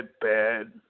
bad